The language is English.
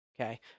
Okay